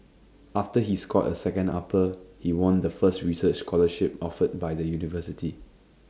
after he scored A second upper he won the first research scholarship offered by the university